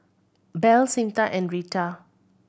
Bell Cyntha and Rita